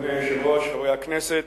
אדוני היושב-ראש, חברי הכנסת,